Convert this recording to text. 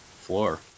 floor